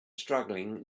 struggling